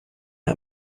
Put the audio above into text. der